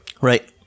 right